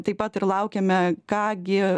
taip pat ir laukiame ką gi